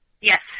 Yes